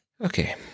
Okay